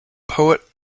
poet